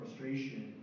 frustration